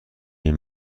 این